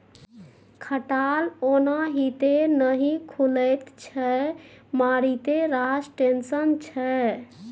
खटाल ओनाहिते नहि खुलैत छै मारिते रास टेंशन छै